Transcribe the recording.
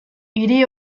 hiri